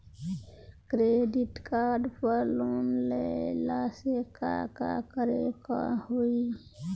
Credit card पर loan लेला से का का करे क होइ?